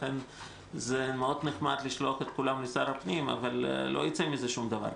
לכן זה נחמד מאוד לשלוח את כולם למשרד הפנים אבל לא ייצא מזה שום דבר.